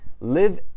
Live